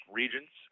regions